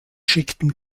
schickten